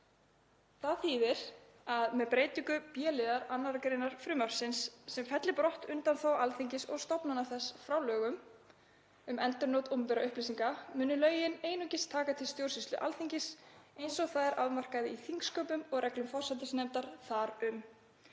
Það þýðir að með breytingu b-liðar 2. gr. frumvarpsins, sem fellir brott undanþágu Alþingis og stofnana þess frá lögum um endurnot opinberra upplýsinga, muni lögin einungis taka til stjórnsýslu Alþingis eins og það er afmarkað í þingsköpum og reglum forsætisnefndar þar um.